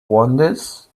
wanders